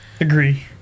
Agree